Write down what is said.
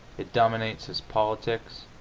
it dominates his politics,